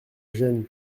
gêne